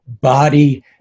body